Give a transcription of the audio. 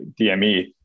DME